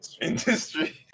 Industry